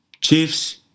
Chiefs